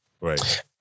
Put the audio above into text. Right